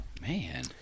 man